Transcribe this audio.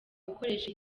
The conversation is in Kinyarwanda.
gukoresha